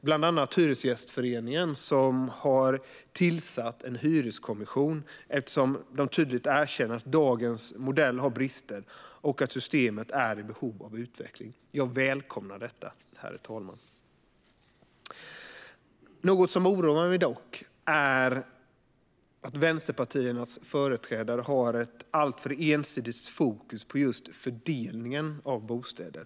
Bland annat har Hyresgästföreningen tillsatt en hyreskommission. Man erkänner tydligt att dagens modell har brister och att systemet är i behov av utveckling. Jag välkomnar detta. Något som oroar mig är dock att vänsterpartiernas företrädare har ett alltför ensidigt fokus på just fördelningen av bostäder.